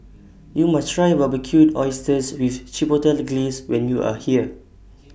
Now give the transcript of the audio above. YOU must Try Barbecued Oysters with Chipotle Glaze when YOU Are here